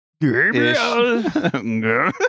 Gabriel